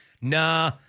Nah